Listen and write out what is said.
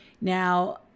Now